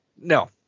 no